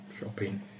Shopping